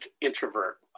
introvert